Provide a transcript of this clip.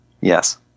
Yes